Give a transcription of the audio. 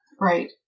Right